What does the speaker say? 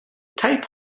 type